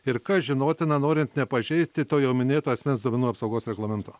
ir kas žinotina norint nepažeisti to jau minėto asmens duomenų apsaugos reglamento